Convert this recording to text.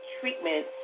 treatment